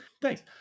Thanks